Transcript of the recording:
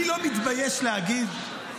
אני לא מתבייש להגיד,